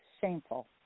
shameful